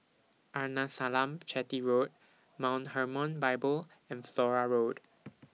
Arnasalam Chetty Road Mount Hermon Bible and Flora Road